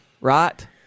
right